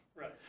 right